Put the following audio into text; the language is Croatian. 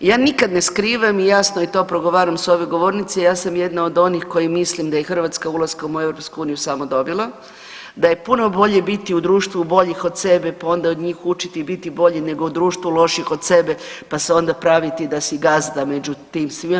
Ja nikad ne skrivam i jasno to progovaram sa ove govornice, ja sam jedna od onih koja mislim da je Hrvatska ulaskom u EU samo dobila, da je puno bolje biti u društvu boljih od sebe pa onda od njih učiti i biti bolji nego u društvu lošijih od sebe, pa se onda praviti da si gazda među tim svima.